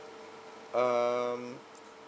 um